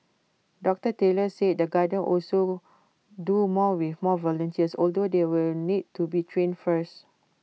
doctor Taylor said the gardens also do more with more volunteers although they will need to be trained first